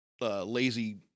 lazy